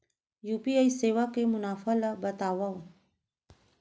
UPI सेवा के मुनाफा ल बतावव?